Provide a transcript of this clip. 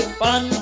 fun